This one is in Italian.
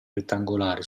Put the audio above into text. rettangolari